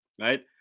right